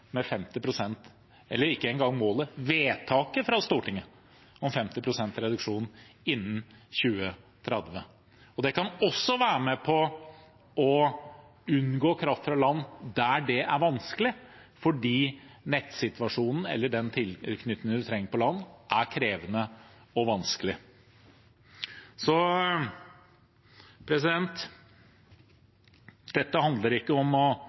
eller ikke målet, vedtaket fra Stortinget om 50 pst. reduksjon innen 2030. Det kan også være med på å unngå kraft fra land der det er vanskelig fordi nettsituasjonen eller den tilknytningen du trenger på land, er krevende og vanskelig. Dette handler ikke om at det er godt at dette forslaget nedstemmes, men det er ikke nok bare å